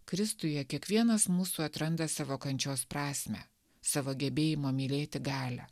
kristuje kiekvienas mūsų atranda savo kančios prasmę savo gebėjimo mylėti galią